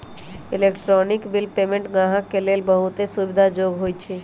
electronic bill payment गाहक के लेल बहुते सुविधा जोग्य होइ छइ